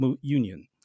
union